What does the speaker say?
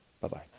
Bye-bye